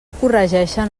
corregeixen